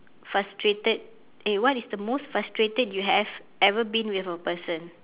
frustrated eh what is the most frustrated you have ever been with a person